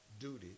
duty